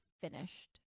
finished